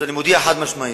אז אני מודיע חד-משמעית,